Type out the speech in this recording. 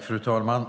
Fru talman!